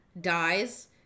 dies